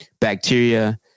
bacteria